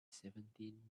seventeen